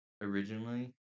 originally